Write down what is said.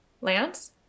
Lance